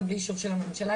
ובלי אישור של הממשלה,